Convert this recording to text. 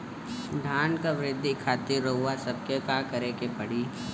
धान क वृद्धि खातिर रउआ सबके का करे के पड़ी?